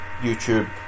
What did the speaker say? YouTube